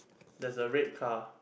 there's a red car